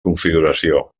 configuració